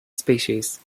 species